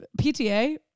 PTA